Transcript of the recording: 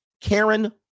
Karen